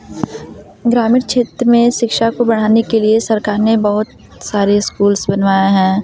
ग्रामीण छेत्र में शिक्षा को बढ़ाने के लिए सरकार ने बहुत सारे स्कूल्स बनवाया हैं